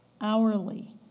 Hourly